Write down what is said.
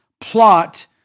plot